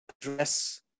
address